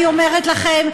אני אומרת לכם,